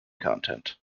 content